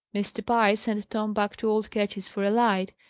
mr. pye sent tom back to old ketch's for a light,